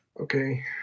Okay